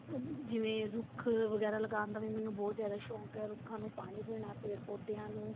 ਜਿਵੇਂ ਰੁੱਖ ਵਗੈਰਾ ਲਗਾਉਣ ਦਾ ਵੀ ਮੈਨੂੰ ਬਹੁਤ ਜ਼ਿਆਦਾ ਸ਼ੌਕ ਹੈ ਰੁੱਖਾਂ ਨੂੰ ਪਾਣੀ ਦੇਣਾ ਪੇੜ ਪੌਦਿਆਂ ਨੂੰ